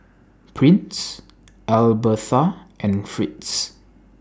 Prince Albertha and Fritz